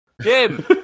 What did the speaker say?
Jim